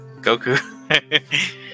Goku